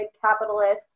capitalist